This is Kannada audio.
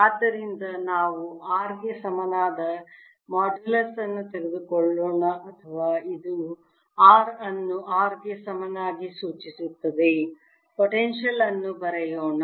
ಆದ್ದರಿಂದ ನಾವು r ಗೆ ಸಮನಾದ ಮಾಡ್ಯುಲಸ್ ಅನ್ನು ತೆಗೆದುಕೊಳ್ಳೋಣ ಅಥವಾ ಇದು r ಅನ್ನು r ಗೆ ಸಮನಾಗಿ ಸೂಚಿಸುತ್ತದೆ ಪೊಟೆನ್ಶಿಯಲ್ ಅನ್ನು ಬರೆಯೋಣ